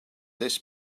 this